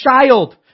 child